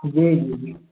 जी